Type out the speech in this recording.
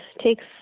takes